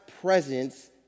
presence